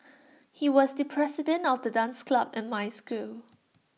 he was the president of the dance club in my school